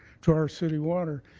to our city water.